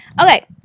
Okay